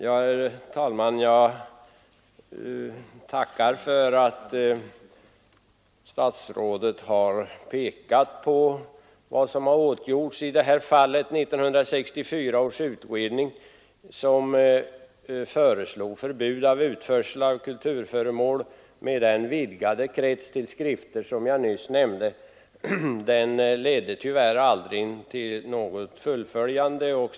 Jag tackar för att statsrådet har pekat på vad som har åtgjorts i detta fall, t.ex. förslaget 1964 att förbudet mot utförsel av kulturföremål skulle utvidgas till att omfatta bl.a. vissa skrifter. Det fullföljdes tyvärr aldrig.